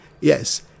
yes